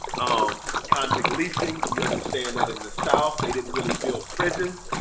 um convict leasing, we understand that in the south they didn't really build prisons.